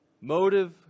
Motive